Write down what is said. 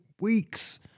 weeks